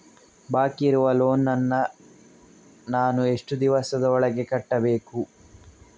ಬಾಕಿ ಇರುವ ಲೋನ್ ನನ್ನ ನಾನು ಎಷ್ಟು ದಿವಸದ ಒಳಗೆ ಕಟ್ಟಬೇಕು?